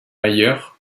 ailleurs